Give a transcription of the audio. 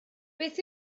beth